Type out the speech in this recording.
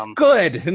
um good,